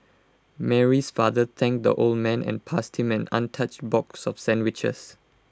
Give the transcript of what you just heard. Mary's father thanked the old man and passed him an untouched box of sandwiches